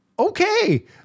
okay